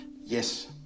Yes